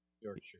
Yorkshire